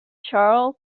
charles